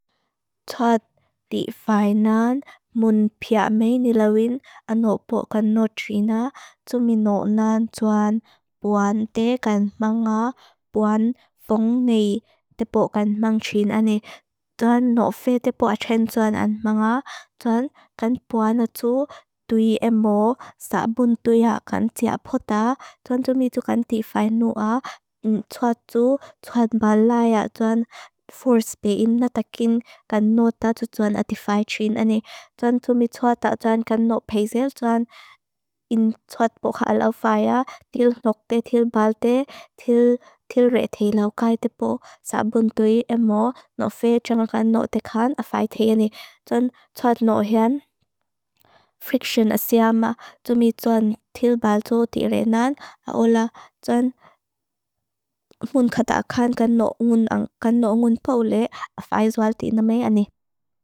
Tuat tifai nan mun pia me ni lawin anopokan no trina. Tumino nan tuan buan te kan manga, buan fong nei te pokan mang trina ne. Tuan no fe te pokachen tuan ang manga. Tuan kan buan atu tui emo sa bun tuya kan tia pota. Tuan tumi tu kan tifai nua. Tuat tu, tuan balaya, tuan force pe ina takin kan nota tu tuan ati fai trina ne. Tuan tumi tuata tuan kan no peze, tuan in tuat poka alau faya til nokte, til balte, til rete. Ilau kaite po sa bun tui emo no fe jangan kan nota kan a fai trene. Tuan tuat nohean friction asiama. Tumi tuan til balto, ti re nan, a ola tuan mun kata kan no ngun pole, a fai zual ti na me ani.